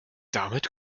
damit